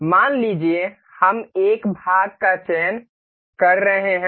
मान लीजिए हम एक भाग का चयन कर रहे हैं